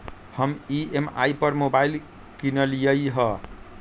हम ई.एम.आई पर मोबाइल किनलियइ ह